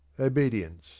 OBEDIENCE